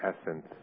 Essence